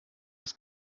das